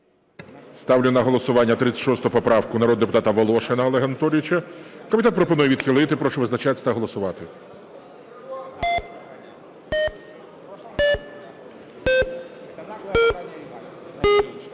Ставлю на голосування 36 поправку народного депутата Волошина Олега Анатолійовича. Комітет пропонує відхилити. Прошу визначатися та голосувати. 13:59:07